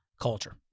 culture